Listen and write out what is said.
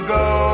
go